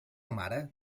mare